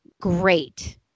great